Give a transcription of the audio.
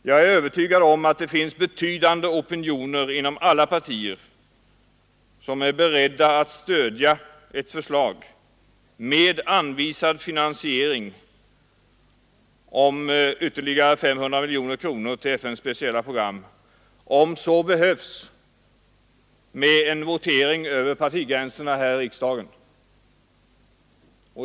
Jag är övertygad om att det finns betydande opinioner inom alla partier som är beredda att stödja ett förslag, med anvisad finansiering om ytterligare 500 miljoner kronor till FN:s speciella program — om så behövs med en votering över partigränserna här i riksdagen.